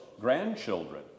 grandchildren